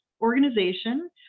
organization